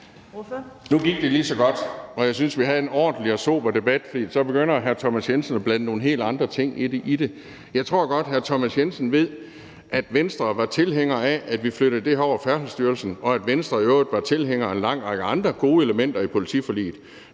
Nu gik det lige så godt. Jeg synes, at vi havde en ordentlig og sober debat, og så begynder hr. Thomas Jensen at blande nogle helt andre ting ind i det. Jeg tror godt, hr. Thomas Jensen ved, at Venstre var tilhænger af, at vi flyttede det her over i Færdselsstyrelsen, og at Venstre i øvrigt var tilhænger af en lang række andre gode elementer i politiforliget.